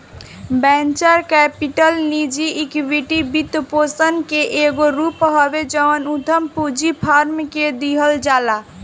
venture capital निजी equity वित्तपोषण के एगो रूप हवे जवन उधम पूंजी फार्म के दिहल जाला